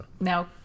Now